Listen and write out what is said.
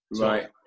Right